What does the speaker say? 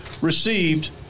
received